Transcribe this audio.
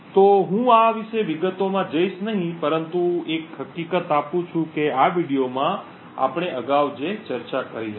તેથી હું આ વિશે વિગતોમાં જઈશ નહીં પરંતુ તે હકીકત આપું છું કે આ વિડિઓમાં આપણે અગાઉ જે ચર્ચા કરી હતી